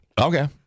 Okay